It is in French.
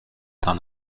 dans